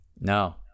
No